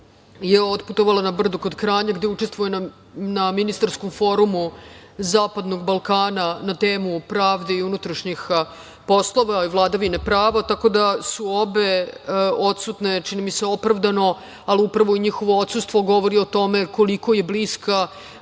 je otputovala na Brdo kod Kranja, gde učestvuje na ministarskom forumu Zapadnog Balkana na temu „Pravda i unutrašnji poslovi i vladavina prava“, tako da su obe odsutne, čini mi se opravdano, ali upravo njihovo odsustvo govori o tome koliko je bliska,